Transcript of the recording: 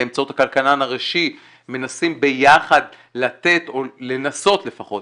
באמצעות הכלכלן הראשי מנסים ביחד או לנסות לפחות